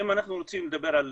אם אנחנו רוצים לדבר על